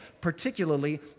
particularly